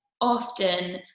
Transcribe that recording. often